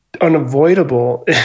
unavoidable